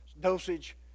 dosage